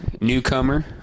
newcomer